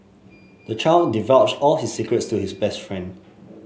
the child divulged all his secrets to his best friend